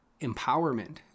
empowerment